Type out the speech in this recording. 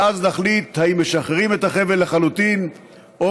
ואז נחליט אם משחררים את החבל לחלוטין או